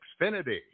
Xfinity